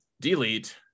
delete